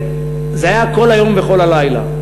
וזה היה כל היום וכל הלילה.